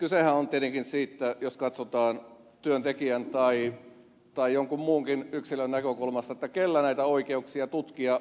kysehän on tietenkin siitä jos katsotaan työntekijän tai jonkun muunkin yksilön näkökulmasta kenellä on näitä oikeuksia tutkia